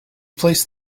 placed